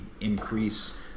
increase